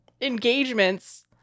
engagements